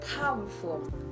powerful